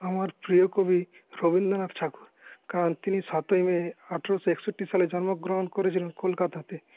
আমার প্রিয় কবি রবীন্দ্রনাথ ঠাকুর কারণ তিনি সাতই মে আঠেরশো একষট্টি সালে জন্মগ্রহণ করেছিলেন কলকাতাতে